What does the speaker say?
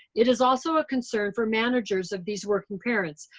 it is also a concern for managers of these working parents,